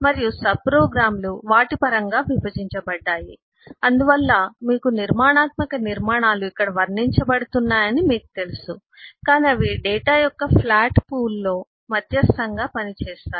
మరియు సబ్ప్రోగ్రామ్లు వాటి పరంగా విభజించబడ్డాయి అందువల్ల మీకు నిర్మాణాత్మక నిర్మాణాలు ఇక్కడ వర్ణించబడుతున్నాయని మీకు తెలుసు కాని అవి డేటా యొక్క ఫ్లాట్ పూల్లో మధ్యస్తంగా పనిచేస్తాయి